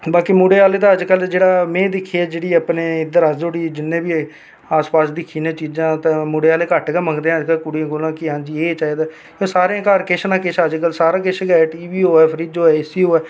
बाकी मुड़े आह्ले ते अजकल जेह्ड़े में दिक्खे दे अपने अज्ज धोड़ी जिन्ने बी होए आस पास दिक्खेआ तां मुड़े आह्ले घट्ट गै मंगदे न कुड़ियें कोलां कि हांजी एह् चाहिदा सारें दे घर किश ना किश अजकल सारा किश गै ऐ टीवी होए फ्रिज होए एसी होए